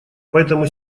поэтому